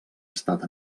estat